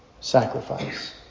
sacrifice